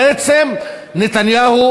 בעצם נתניהו